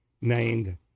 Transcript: named